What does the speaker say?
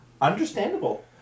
Understandable